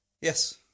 Yes